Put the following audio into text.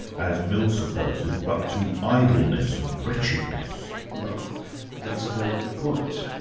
as mills supposes, but to idleness and wretchedness. but that's a very good point.